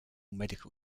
medical